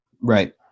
Right